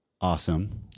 awesome